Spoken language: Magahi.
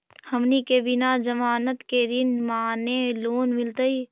हमनी के बिना जमानत के ऋण माने लोन मिलतई?